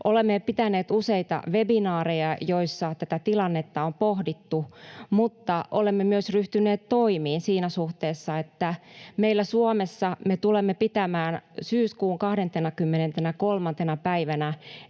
olemme jo pitäneet useita webinaareja, joissa tätä tilannetta on pohdittu, mutta olemme myös ryhtyneet toimiin siinä suhteessa, että meillä Suomessa me tulemme pitämään syyskuun 23. päivänä